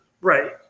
Right